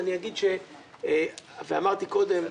אמרתי קודם,